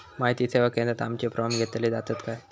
माहिती सेवा केंद्रात आमचे फॉर्म घेतले जातात काय?